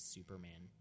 Superman